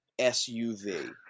SUV